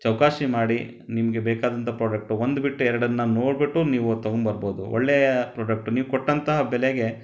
ಚೌಕಾಸಿ ಮಾಡಿ ನಿಮಗೆ ಬೇಕಾದಂಥ ಪ್ರೊಡಕ್ಟು ಒಂದು ಬಿಟ್ಟು ಎರಡನ್ನ ನೋಡಿಬಿಟ್ಟು ನೀವು ತಗೊಂಡ್ಬರ್ಬೋದು ಒಳ್ಳೆಯ ಪ್ರೊಡಕ್ಟ್ ನೀವು ಕೊಟ್ಟಂತಹ ಬೆಲೆಗೆ